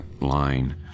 line